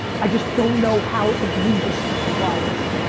i just don't know how egregious the supply is.